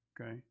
okay